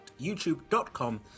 youtube.com